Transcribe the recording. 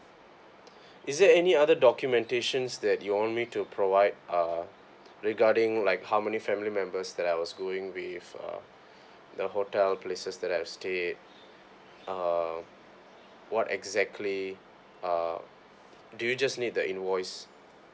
is there any other documentations that you want me to provide uh regarding like how many family members that I was going with uh the hotel places that I've stayed uh what exactly uh do you just need the invoice